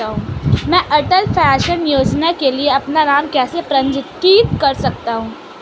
मैं अटल पेंशन योजना के लिए अपना नाम कैसे पंजीकृत कर सकता हूं?